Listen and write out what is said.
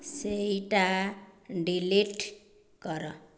ସେହିଟା ଡିଲିଟ୍ କର